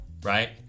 Right